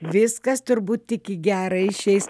viskas turbūt tik į gera išeis